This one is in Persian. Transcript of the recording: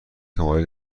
مالی